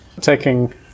taking